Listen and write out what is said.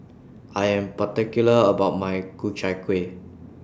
I Am particular about My Ku Chai Kuih